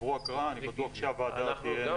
עברו הקראה, אני בטוח שהוועדה תהיה נכונה.